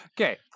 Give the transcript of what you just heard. Okay